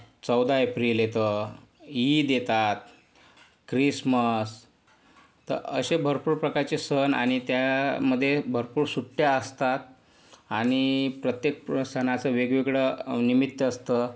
चौदा एप्रिल येतं ईद येतात ख्रिसमस तर असे भरपूर प्रकारचे सण आणि त्यामध्ये भरपूर सुट्ट्या असतात आणि प्रत्येक सणाचं वेगवेगळं निमित्त असतं